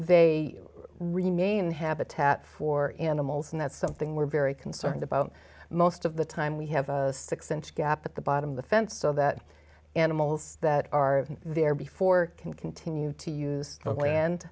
they remain habitat for animals and that's something we're very concerned about most of the time we have a six inch gap at the bottom of the fence so that animals that are there before can continue to use the land